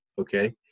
okay